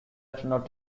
astronaut